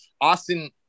Austin